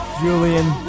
Julian